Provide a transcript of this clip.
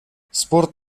спорт